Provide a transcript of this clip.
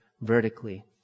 vertically